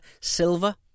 silver